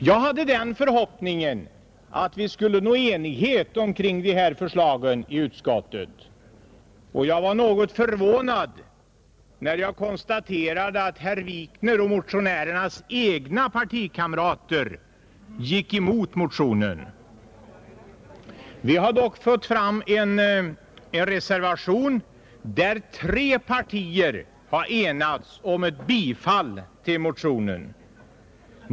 Jag hade den förhoppningen att vi skulle nå enighet i utskottet kring dessa förslag, Jag blev något förvånad när jag konstaterade att herr Wikners och motionärernas egna partikamrater gick emot motionen, Representanter för tre partier har dock enats om att i en reservation hemställa om bifall till motionen.